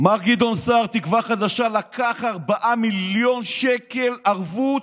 מר גדעון סער, תקווה חדשה, לקח 4 מיליון שקל ערבות